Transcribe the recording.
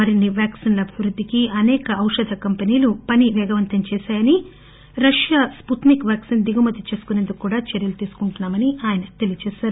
మరిన్ని వ్యాక్సిన్ల అభివృద్ధికి అసేక ఔషధ కంపెనీలు పని పేగవంతం చేశాయని రష్యా స్పుత్సిక్ వ్యాక్సిన్ దిగుమతి చేసుకుసేందుకు కూడా చర్యలు తీసుకుంటున్నా మని ఆయన చెప్పారు